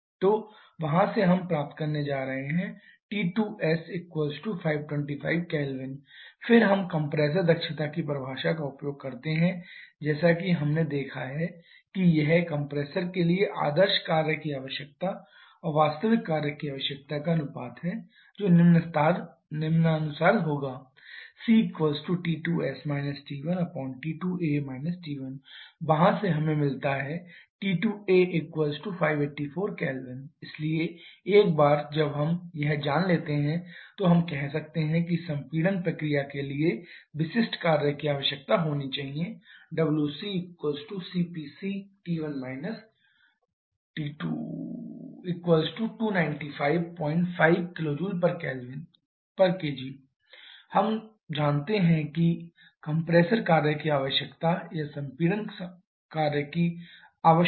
तो वहाँ से हम प्राप्त करने जा रहे हैं T2s525 K फिर हम कंप्रेसर दक्षता की परिभाषा का उपयोग करते हैं जैसा कि हमने देखा है कि यह कंप्रेसर के लिए आदर्श कार्य की आवश्यकता और वास्तविक कार्य की आवश्यकता का अनुपात है जो निम्नानुसार होगा 𝜂cT2s T1T2a T1 वहाँ से हमें मिलता है T2a584 K इसलिए एक बार जब हम यह जान लेते हैं तो हम कह सकते हैं कि संपीड़न प्रक्रिया के लिए विशिष्ट कार्य की आवश्यकता होनी चाहिए wccpcT1 T12955 kJkg तो हम जानते हैं कि कंप्रेसर कार्य की आवश्यकता या विशिष्ट संपीड़न कार्य की आवश्यकता